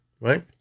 right